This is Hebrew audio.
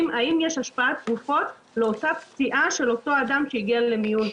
האם יש השפעת תרופות לאותה פציעה של אותו אדם שהגיע למיון.